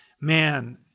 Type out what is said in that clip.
man